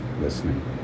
Listening